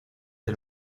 del